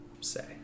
say